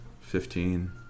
Fifteen